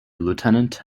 lieutenant